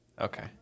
Okay